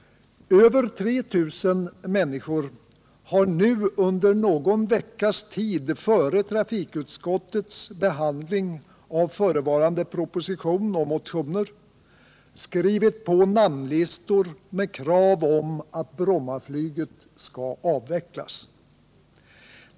Över 3 000 människor har nu under någon vecka före trafikutskottets behandling av förevarande proposition och motioner skrivit på namnlistor med krav att Brommaflyget skall avvecklas.